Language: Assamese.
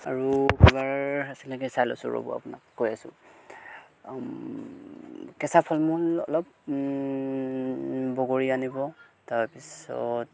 আৰু কিবা আছে নেকি চাই লৈছোঁ ৰ'ব আপোনাক কৈ আছোঁ কেঁচা ফল মূল অলপ বগৰী আনিব তাৰপিছত